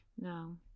No